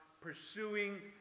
pursuing